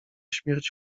śmierć